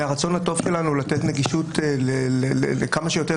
מהרצון הטוב שלנו לתת נגישות לכמה שיותר